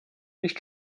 nicht